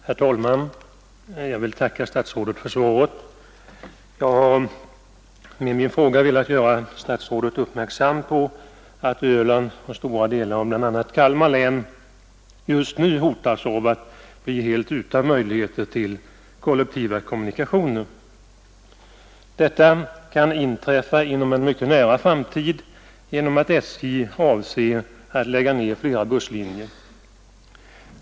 Herr talman! Jag vill tacka statsrådet för svaret. Med min fråga har jag velat göra statsrådet uppmärksam på att Öland och stora delar av bl.a. Kalmar län just nu hotas av att bli helt utan möjligheter till kollektiva kommunikationer. Detta kan inträffa inom en mycket nära framtid, därför att SJ avser att lägga ned flera busslinjer.